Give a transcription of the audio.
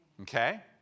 okay